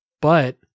But-